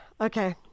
okay